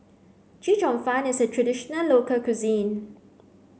Chee Cheong Fun is a traditional local cuisine